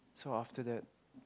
so after that